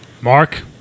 Mark